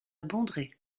bondrée